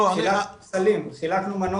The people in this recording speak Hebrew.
מצאו את הדרך הלוגיסטית איך להגיע לאותם